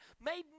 made